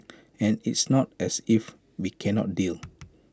and it's not as if we cannot deal